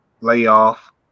layoff